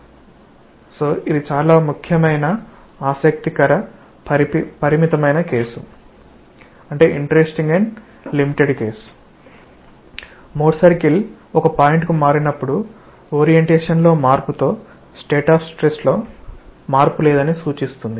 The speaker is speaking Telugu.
కాబట్టి ఇది చాలా ముఖ్యమైన ఆసక్తికర పరిమితమైన కేసు మోర్ సర్కిల్ ఒక పాయింట్ కు మారినప్పుడు ఓరియెంటేషన్ లో మార్పుతో స్టేట్ ఆఫ్ స్ట్రెస్ లో మార్పు లేదని సూచిస్తుంది